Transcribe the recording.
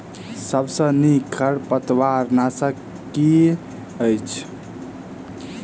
सबसँ नीक खरपतवार नाशक केँ अछि?